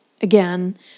Again